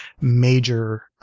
major